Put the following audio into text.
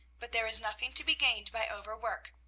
but there is nothing to be gained by overwork.